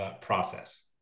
process